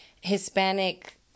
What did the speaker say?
Hispanic